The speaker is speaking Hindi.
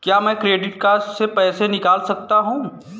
क्या मैं क्रेडिट कार्ड से पैसे निकाल सकता हूँ?